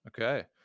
Okay